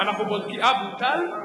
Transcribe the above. אה, בוטל.